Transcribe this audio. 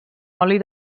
oli